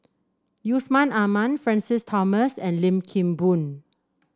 Yusman Aman Francis Thomas and Lim Kim Boon